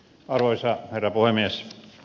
arvoisa herra puhemies